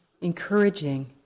encouraging